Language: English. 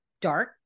dark